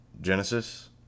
Genesis